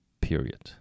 period